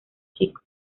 chico